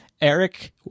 Eric